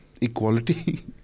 Equality